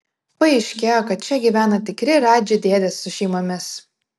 paaiškėjo kad čia gyvena tikri radži dėdės su šeimomis